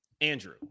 Andrew